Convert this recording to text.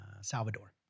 Salvador